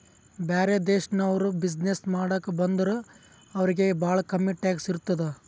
ಬ್ಯಾರೆ ದೇಶನವ್ರು ಬಿಸಿನ್ನೆಸ್ ಮಾಡಾಕ ಬಂದುರ್ ಅವ್ರಿಗ ಭಾಳ ಕಮ್ಮಿ ಟ್ಯಾಕ್ಸ್ ಇರ್ತುದ್